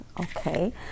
okay